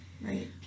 right